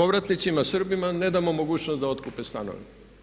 povratnicima Srbima ne damo mogućnost da otkupe stanove.